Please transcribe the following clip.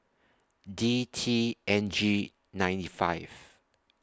D T N G nine five